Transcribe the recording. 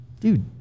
dude